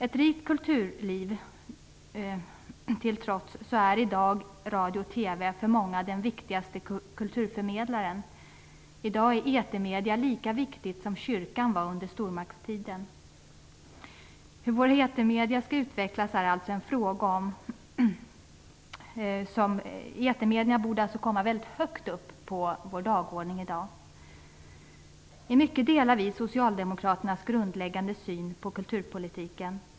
Ett rikt kulturliv till trots är radio och TV i dag för många de viktigaste kulturförmedlarna. I dag är etermedierna lika viktiga som kyrkan var under stormaktstiden. Hur våra etermedier skall utvecklas är en fråga som borde komma högt på dagordningen. I mycket delar vi socialdemokraternas grundläggande syn på kulturpolitiken.